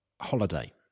holiday